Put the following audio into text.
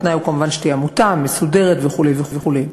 התנאי הוא כמובן שתהיה עמותה מסודרת וכו' וכו'.